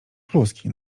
kluski